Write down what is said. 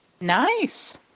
Nice